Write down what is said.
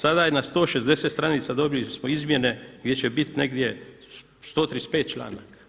Sada je na 160 stranica dobili smo izmjene gdje će biti negdje 135. članaka.